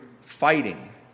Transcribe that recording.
fighting